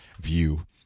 view